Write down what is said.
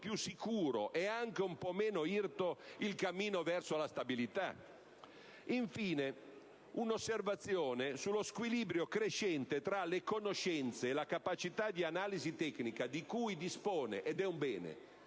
più sicuro ed anche un po' meno irto il cammino verso la stabilità? Infine, un'osservazione sullo squilibrio crescente tra le conoscenze e la capacità di analisi tecnica di cui dispone - ed è un bene